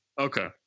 Okay